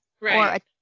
Right